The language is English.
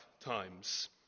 times